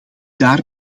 daar